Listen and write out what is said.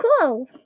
cool